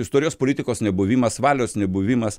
istorijos politikos nebuvimas valios nebuvimas